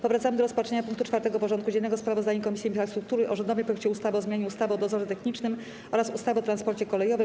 Powracamy do rozpatrzenia punktu 4. porządku dziennego: Sprawozdanie Komisji Infrastruktury o rządowym projekcie ustawy o zmianie ustawy o dozorze technicznym oraz ustawy o transporcie kolejowym.